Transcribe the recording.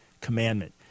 commandment